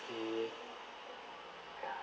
they uh